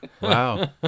Wow